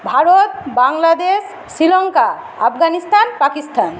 Bharat Bangladesh Sri Lanka Afghanistan Pakistan